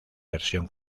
versión